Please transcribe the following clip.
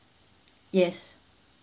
yes